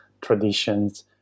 traditions